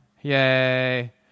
Yay